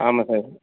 ஆமாம் சார்